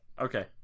Okay